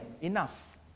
enough